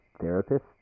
therapist